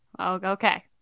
Okay